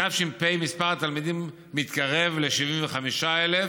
בתש"פ מספר התלמידים מתקרב ל-75,000,